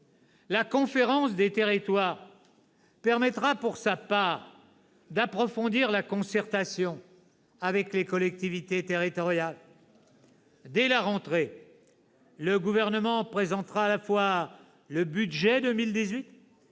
La conférence des territoires permettra, pour sa part, d'approfondir la concertation avec les collectivités territoriales. « Dès la rentrée, le Gouvernement présentera à la fois le budget 2018